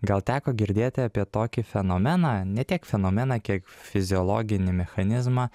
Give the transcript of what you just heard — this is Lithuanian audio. gal teko girdėti apie tokį fenomeną ne tiek fenomeną kiek fiziologinį mechanizmą